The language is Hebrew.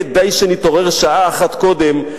כדאי שנתעורר שעה אחת קודם,